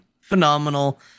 phenomenal